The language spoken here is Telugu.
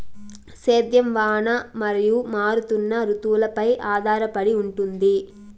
సేద్యం వాన మరియు మారుతున్న రుతువులపై ఆధారపడి ఉంటుంది